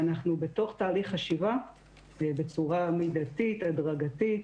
ואנחנו בתוך תהליך חשיבה בצורה מידתית, הדרגתית,